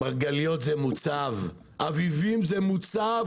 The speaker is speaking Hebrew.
מרגליות זה מוצב, אביבים זה מוצב.